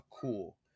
cool